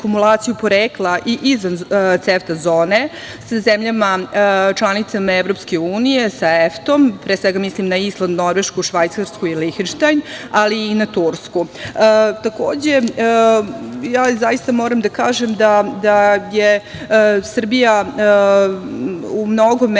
kumulaciju porekla i izvan CEFTA zone sa zemljama članicama EU, sa EFTA, pre svega mislim na Island, Norvešku, Švajcarsku i Linhenštajn, ali i na Tursku. Takođe zaista moram da kažem da je Srbija u mnogome